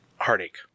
Heartache